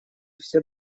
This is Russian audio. все